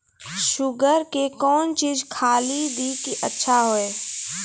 Sugar के कौन चीज खाली दी कि अच्छा हुए?